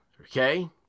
Okay